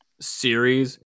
series